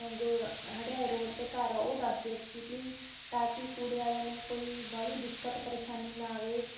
ਹੰਡਾਏ road 'ਤੇ ਘਰ ਆ ਉਹ ਦੱਸ ਦਿਓ ਤੁਸੀਂ ਪਲੀਜ਼ ਤਾਂ ਕਿ ਕੂੜੇ ਵਾਲਿਆਂ ਨੂੰ ਕੋਈ ਬਾਹਲੀ ਦਿੱਕਤ ਪਰੇਸ਼ਾਨੀ ਨਾ ਆਵੇ